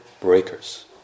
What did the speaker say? breakers